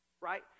right